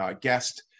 guest